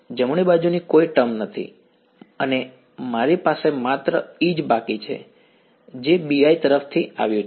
જમણી બાજુની કોઈ ટર્મ નથી અને મારી પાસે માત્ર e જ બાકી છે જે BI તરફથી આવ્યુ છે